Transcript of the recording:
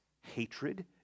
hatred